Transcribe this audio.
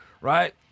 Right